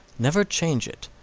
never change it,